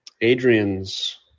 Adrian's